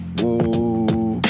whoa